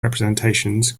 representations